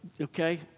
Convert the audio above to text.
okay